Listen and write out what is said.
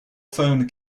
phone